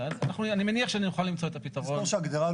אני מניח שנוכל למצוא את הפתרון.